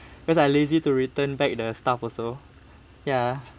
cause I lazy to return back the stuff also ya